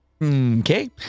Okay